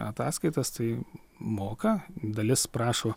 ataskaitas tai moka dalis prašo